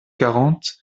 quarante